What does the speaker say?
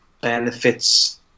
Benefits